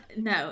no